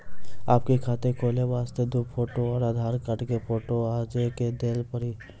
आपके खाते खोले वास्ते दु फोटो और आधार कार्ड के फोटो आजे के देल पड़ी?